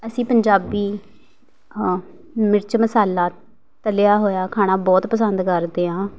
ਅਸੀਂ ਪੰਜਾਬੀ ਹਾਂ ਮਿਰਚ ਮਸਾਲਾ ਤਲਿਆ ਹੋਇਆ ਖਾਣਾ ਬਹੁਤ ਪਸੰਦ ਕਰਦੇ ਹਾਂ